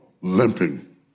limping